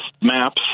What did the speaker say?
maps